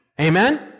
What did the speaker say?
Amen